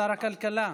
שר הכלכלה.